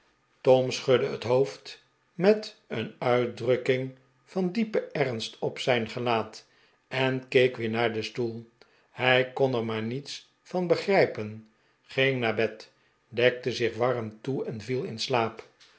tom schudde het hoofd met een uitdrukking van diepen ernst op zijn gelaat en keek weer naar den stoel hij kon er maar niets van begrijpen ging naar bed dekte zich warm toe en viel in slaap